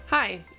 Hi